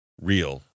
real